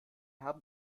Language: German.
haben